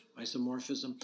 isomorphism